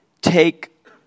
take